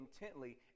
intently